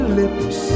lips